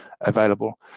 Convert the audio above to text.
available